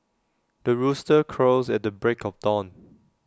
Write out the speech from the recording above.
the rooster crows at the break of dawn